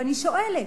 ואני שואלת: